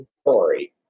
story